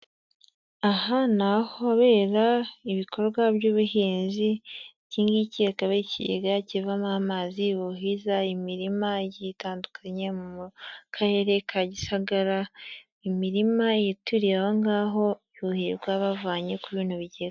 Aha ni ahabera ibikorwa by'ubuhinzi iki ngiki akaba ari ikigega kivamo amazi buhiza imirima igiye itandukanye mu karere ka Gisagara imirima yituriye aho ngaho yuhirwa bavanye kuri bino bigega .